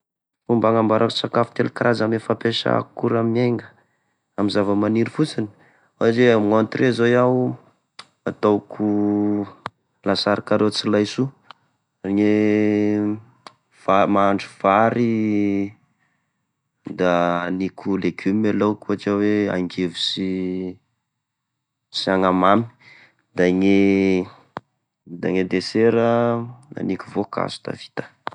Fomba agnamboarako sakafo telo karaza ame fampesa akora miainga amin'ny zava-maniry fosiny ohatra hoe: amigne entré zao aho ataoko lasary karaoty sy laisoa, gne va- mahandro vary, da aniko legume e laoky ohatra hoe: angivy sy, sy anamamy. Da gne desera aniko voankazo da vita.